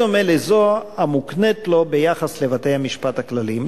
בדומה לזו המוקנית לו ביחס לבתי-המשפט הכלליים.